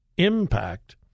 impact